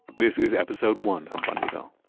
this is episode one of bundyville.